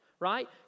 right